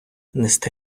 нести